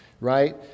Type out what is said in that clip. right